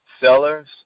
sellers